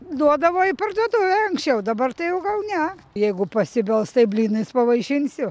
duodavo į parduotuvę anksčiau dabar tai jau gal ne jeigu pasibels tai blynais pavaišinsiu